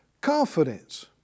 confidence